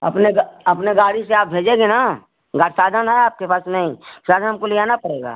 अपने अपने गाड़ी से आप भेजेंगे ना गड़ साधन है आपके पास नहीं साधन हमको ले आना पड़ेगा